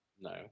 No